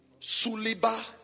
Suliba